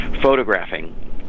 photographing